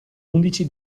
undici